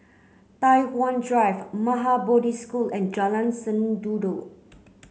Tai Hwan Drive Maha Bodhi School and Jalan Sendudok